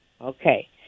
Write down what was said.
Okay